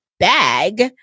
bag